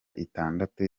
itandatu